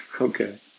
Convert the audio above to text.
okay